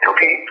Okay